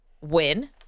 win